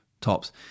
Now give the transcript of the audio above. tops